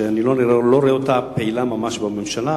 שאני לא רואה אותה פעילה ממש בממשלה,